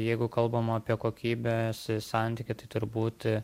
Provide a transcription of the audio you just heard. jeigu kalbam apie kokybės santykį tai turbūt